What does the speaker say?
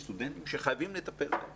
שחייבים לטפל בסטודנטים האלה.